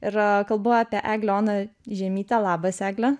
yra kalbu apie eglę oną žiemytę labas egle